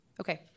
Okay